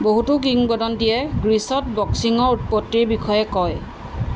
বহুতো কিংবদন্তিয়ে গ্ৰীচত বক্সিঙৰ উৎপত্তিৰ বিষয়ে কয়